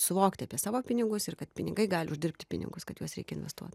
suvokti apie savo pinigus ir kad pinigai gali uždirbti pinigus kad juos reikia investuot